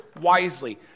wisely